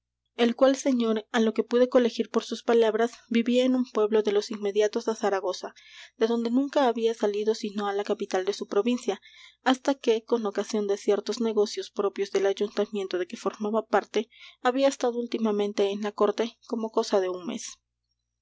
el cual señor á lo que pude colegir por sus palabras vivía en un pueblo de los inmediatos á zaragoza de donde nunca había salido sino á la capital de su provincia hasta que con ocasión de ciertos negocios propios del ayuntamiento de que formaba parte había estado últimamente en la corte como cosa de un mes